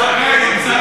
שר האוצר,